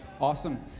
Awesome